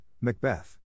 Macbeth